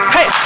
Hey